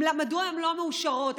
מדוע הן לא מאושרות?